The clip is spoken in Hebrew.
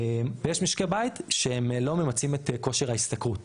ויש משקי בית שהם לא ממצים את כושר ההשתכרות